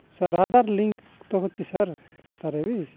sir Aadhaar link ତ ଅଛି sir ଖାତାରେ ବିି